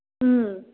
उम